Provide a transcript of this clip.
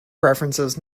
preferences